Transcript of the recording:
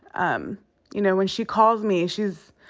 um you know, when she calls me, she's